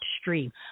stream